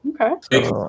okay